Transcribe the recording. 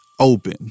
open